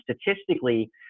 statistically